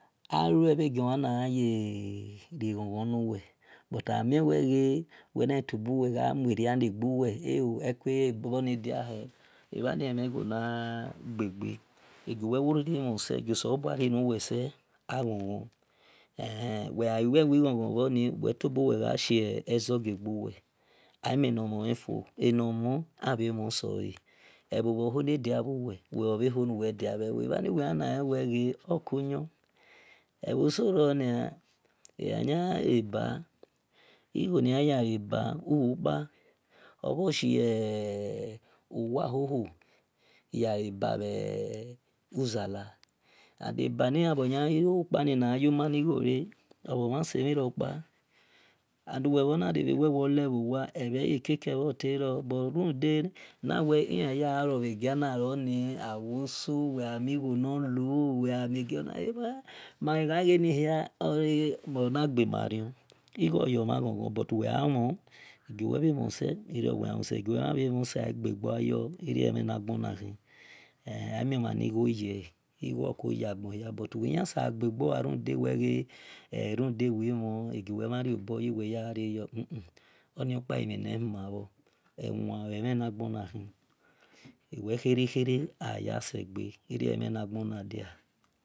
Alue mhe guo na gha rie ghon ghon nu-wel but amie wel ghe whe gha mue na negbuwe ebhani emhen gho na gbe gbe egiu we ghi mhon se gha ghon ghon wel gha wel wil gha shie ezor gie gbu wel amie no mhon e fo enomhan abhe mhon sole ebho bho bol ne dia bhu wel bhe bho we wel nu wel dia bhe bho ebha wel yanale wel ghe oko yon ebho so ronia ighone yan yale ba uhu koe obhor shie bho ho-ho ya leba bhu zala and enaba layan le uhu kpani na bho yo mani gho yale ebhe se-mhi rokpa ewel khere khae o ya se gbe erio emhen nagbo na dia.